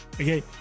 okay